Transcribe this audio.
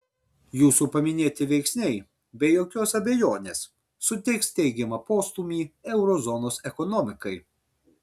jūsų paminėti veiksniai be jokios abejonės suteiks teigiamą postūmį euro zonos ekonomikai